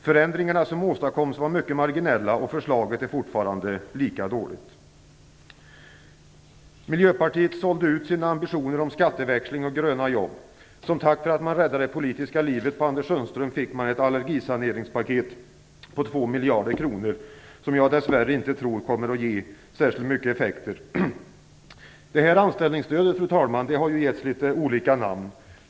Förändringarna som åstadkoms var mycket marginella, och förslaget är fortfarande lika dåligt. Miljöpartiet sålde ut sina ambitioner om skatteväxling och gröna jobb. Som tack för att man räddade Anders Sundströms politiska liv fick man ett allergisaneringspaket på 2 miljarder, vilket jag dess värre inte tror kommer att ge särskilt mycket effekter. Det här anställningsstödet, fru talman, har getts litet olika namn.